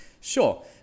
Sure